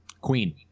Queen